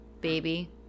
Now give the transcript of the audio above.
baby